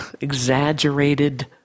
exaggerated